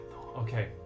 Okay